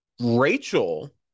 Rachel